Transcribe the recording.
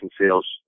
sales